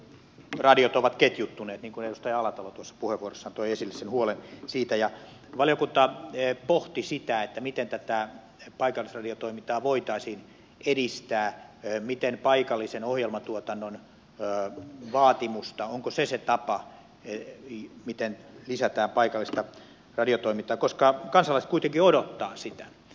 radiot ovat ketjuttuneet niin kuin edustaja alatalo tuossa puheenvuorossaan toi esille huolen siitä ja valiokunta pohti sitä miten tätä paikallisradiotoimintaa voitaisiin edistää onko paikallisen ohjelmatuotannon vaatimus se tapa jolla lisätään paikallista radiotoimintaa koska kansalaiset kuitenkin odottavat sitä